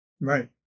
Right